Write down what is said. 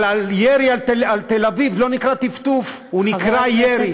אבל ירי על תל-אביב לא נקרא טפטוף, הוא נקרא ירי.